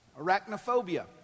Arachnophobia